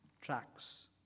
tracks